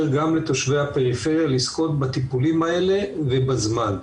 גם לתושבי הפריפריה לזכות בטיפולים האלה ובזמן,